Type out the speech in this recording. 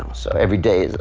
so every day,